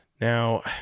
Now